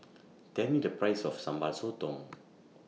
Tell Me The Price of Sambal Sotong